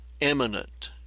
eminent